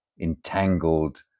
entangled